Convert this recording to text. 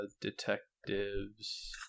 detectives